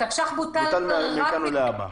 התקש"ח בוטל --- בוטל מכאן ולהבא.